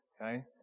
okay